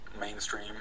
mainstream